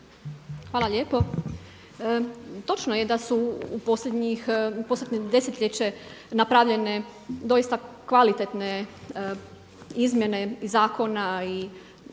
Hvala lijepo. Točno je da su u posljednje desetljeće napravljene doista kvalitetne izmjene zakona